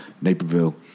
Naperville